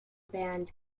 band